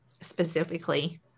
specifically